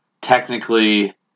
technically